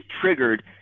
triggered